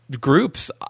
groups